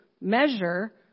measure